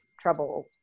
trouble